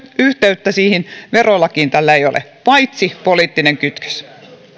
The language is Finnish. yhteyttä siihen verolakiin tällä ei ole paitsi poliittinen kytkös